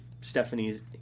Stephanie's